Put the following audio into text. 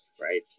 right